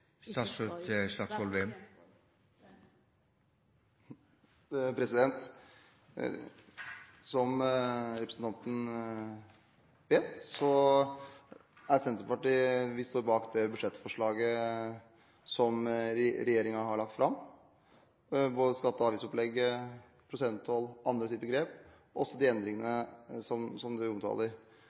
Som representanten vet, står Senterpartiet bak det budsjettforslaget regjeringen har lagt fram, både skatte- og avgiftsopplegget, prosenttoll og andre type grep – også de endringene representanten Røbekk Nørve omtaler.